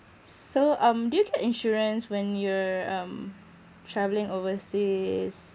so um did you get insurance when you're um travelling overseas